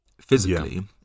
physically